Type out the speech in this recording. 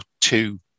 two